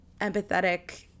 empathetic